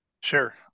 Sure